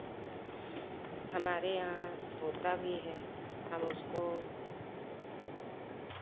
हमारे यहाँ तोता भी है हम उसको